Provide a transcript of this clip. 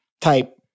type